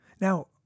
Now